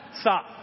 stop